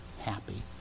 happy